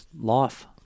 Life